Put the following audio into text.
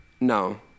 No